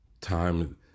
Time